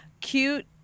cute